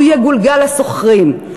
הוא יגולגל לשוכרים.